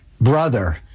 brother